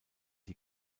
die